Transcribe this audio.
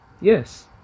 yes